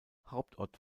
hauptort